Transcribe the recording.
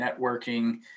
networking